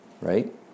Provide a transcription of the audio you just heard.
right